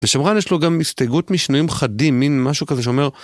ושמרן יש לו גם... הסתייגות משינויים חדים, מין משהו כזה שאומר...